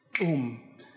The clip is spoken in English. Boom